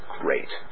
great